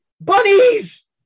bunnies